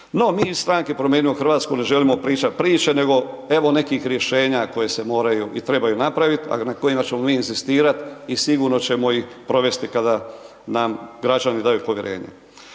No mi iz stranke Promijenimo Hrvatsku ne želimo pričati priče, nego evo nekih rješenja koje se moraju i trebaju napraviti, a na kojima ćemo mi inzistirati i sigurno ćemo ih provesti kada nam građani daju povjerenje.